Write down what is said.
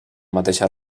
mateixa